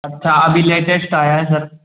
अच्छा अभी लेटेस्ट आया है सर